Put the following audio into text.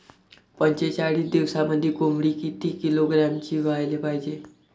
पंचेचाळीस दिवसामंदी कोंबडी किती किलोग्रॅमची व्हायले पाहीजे?